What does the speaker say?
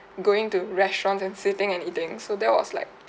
going to restaurants and sitting and eating so that was like